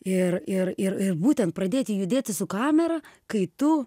ir ir ir būtent pradėti judėti su kamera kai tu